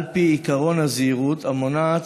על פי עקרון הזהירות המונעת,